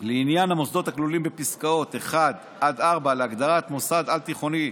לעניין המוסדות הכלולים בפסקאות (1) עד (4) בהגדרת "מוסד על-תיכוני"